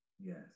yes